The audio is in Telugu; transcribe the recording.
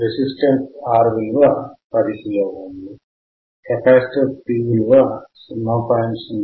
రెసిస్టెన్స్ R విలువ 10 కిలో ఓములు కేపాసిటర్ C విలువ 0